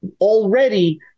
already